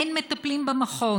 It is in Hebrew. אין מטפלים במכון.